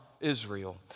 Israel